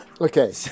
Okay